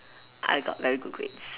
I got very good grades